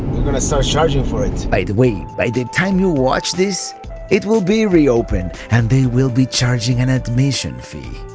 gonna start charging for it. by the way, by the time you watch this it will be reopened and they will be charging an admission fee.